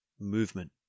movement